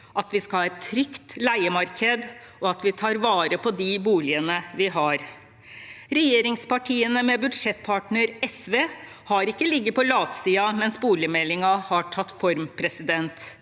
at vi skal ha et trygt leiemarked, og at vi tar vare på de boligene vi har. Regjeringspartiene, med budsjettpartner SV, har ikke ligget på latsiden mens boligmeldingen har tatt form. Vi